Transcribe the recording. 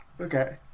Okay